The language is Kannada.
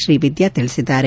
ಶ್ರೀ ವಿದ್ಲಾ ತಿಳಿಸಿದ್ದಾರೆ